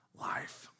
life